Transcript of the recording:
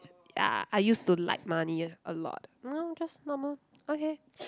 ya I used to like money a a lot now just normal okay